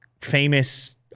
famous